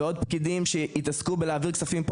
ועוד פקידים שיתעסקו בלהעביר כספים מפה